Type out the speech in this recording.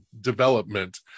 development